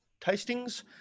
tastings